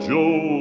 Joe